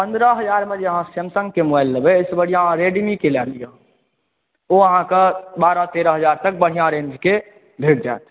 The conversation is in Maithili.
पंद्रह हज़ारमे जे अहाँ सैमसंगके मोबाइल लेबय एहिसॅं बढ़िआँ अहाँ रेडमीके लए लिअ ओ अहाँके बारह तेरह हज़ार तकमे बढ़िआँ रेंजक भेट जायत